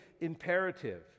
imperative